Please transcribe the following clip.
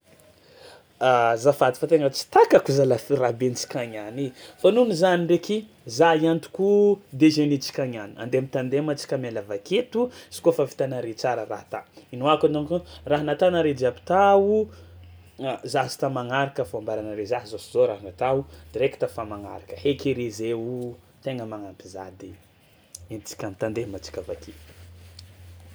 Azafady fa tegna tsy takako zalahy firahabentsika niany e fô nohon'izany ndraiky za hiantoko déjeuner-ntsika niany, andeha am'tendem antsika miala avy aketo izy kaofa vitanare tsara raha ata, ino akonanko, raha natare jiaby tao a- za sy ta magnaraka fao amabaranare za zao sy zao raha natao direkta fa magnaraka, haiky re zay o tegna magnampy za de entintsika am'tendem antsika avy ake.